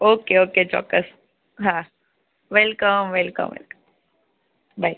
okay okay ચોક્કસ હાં welcome welcome welcome by